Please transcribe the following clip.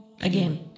Again